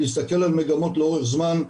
להסתכל על מגמות לאורך זמן,